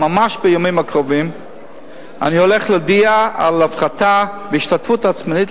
ממש בימים הקרובים אני הולך להודיע על הפחתה בהשתתפות העצמית,